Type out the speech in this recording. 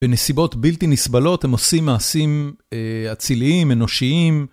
בנסיבות בלתי נסבלות, הם עושים מעשים אציליים, אנושיים.